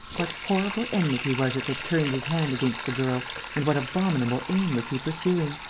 what horrible enmity was it that turned his hand against the girl and what abominable aim was he pursuing?